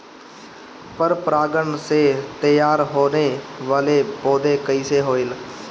पर परागण से तेयार होने वले पौधे कइसे होएल?